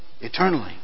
eternally